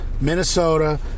Minnesota